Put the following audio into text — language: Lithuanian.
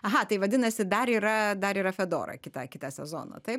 aha tai vadinasi dar yra dar yra fedora kitą kitą sezoną taip